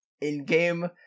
In-game